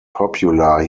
popular